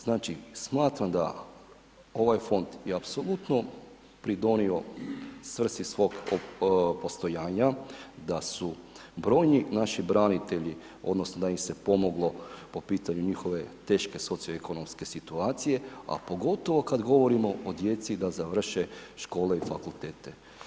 Znači, smatram da ovaj Fond je apsolutno pridonio svrsi svog postojanja da su brojni naši branitelji odnosno da im se pomoglo po pitanju njihove teške socio-ekonomske situacije, a pogotovo kad govorimo o djeci da završe škole i fakultete.